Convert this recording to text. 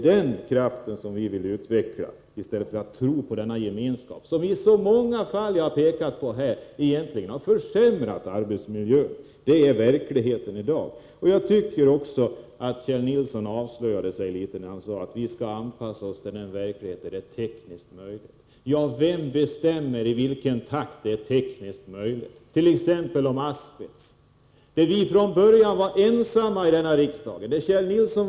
Den kraften vill vi utveckla i stället för att tro på den gemenskap som i de många fall som jag har pekat på har försämrat arbetsmiljön. Det är verkligheten i dag. Kjell Nilsson avslöjade sig litet, när han sade att vi skall anpassa oss till verkligheten där det är tekniskt möjligt. Ja, men vem bestämmer i vilken takt det är tekniskt möjligt? När det gällde t.ex. asbest var vi från början ensamma i denna riksdag om att kräva förbud.